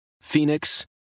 Phoenix